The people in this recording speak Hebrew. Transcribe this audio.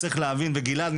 וגלעד,